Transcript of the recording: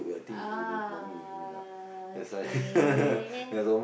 ah K